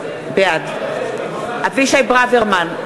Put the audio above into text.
בעד אבישי ברוורמן,